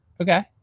Okay